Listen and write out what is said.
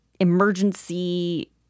Emergency